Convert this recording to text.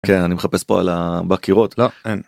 אני מחפש פה על ה… בקירות לא אין.